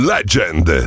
Legend